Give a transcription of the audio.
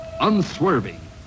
unswerving